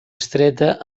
estreta